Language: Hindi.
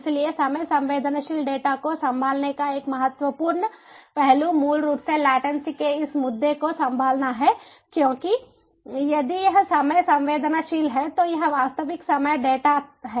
इसलिए समय संवेदनशील डेटा को संभालने का एक महत्वपूर्ण पहलू मूल रूप से लेटन्सी के इस मुद्दे को संभालना है क्योंकि यदि यह समय संवेदनशील है तो यह वास्तविक समय डेटा है